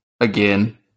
again